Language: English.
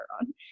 on